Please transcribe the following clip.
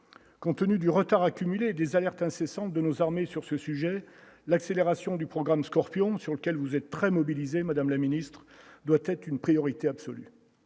compte tenu du retard accumulé des alertes incessant de nos armées, sur ce sujet, l'accélération du programme Scorpion sur lequel vous êtes très mobilisée, Madame la Ministre, doit être une priorité absolue